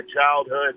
childhood